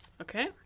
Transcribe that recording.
Okay